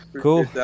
Cool